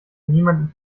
niemanden